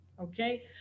Okay